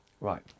Right